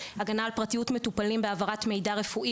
הגנה על פרטיות מטופלים בהעברת מידע רפואי